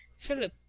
philip,